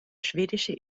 schwedische